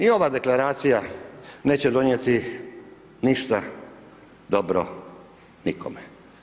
I ova Deklaracija neće donijeti ništa dobro nikome.